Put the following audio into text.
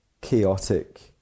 chaotic